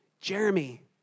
Jeremy